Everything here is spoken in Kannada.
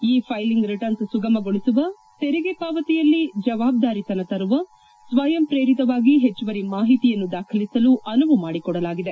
ಇ ಫೈಲಿಂಗ್ ರಿಟರ್ನ್ನ್ ಸುಗಮಗೊಳಸುವ ತೆರಿಗೆ ಪಾವತಿಯಲ್ಲಿ ಜವಾಬ್ದಾರಿತನ ತರುವ ಸ್ವಯಂ ಪ್ರೇರಿತವಾಗಿ ಹೆಚ್ಚುವರಿ ಮಾಹಿತಿಯನ್ನು ದಾಖಲಿಸಲು ಅನುವು ಮಾಡಿಕೊಡಲಾಗಿದೆ